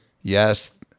Yes